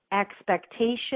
expectation